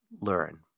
learn